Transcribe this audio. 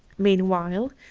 meanwhile,